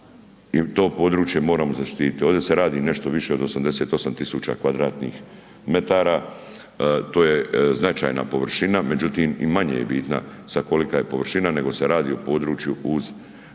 i to područje moramo zaštititi, ovdje se radi nešto više od 88 000m2, to je značajna površina, međutim i manje je bitna sad kolika je površina, nego se radi o području uz rijeku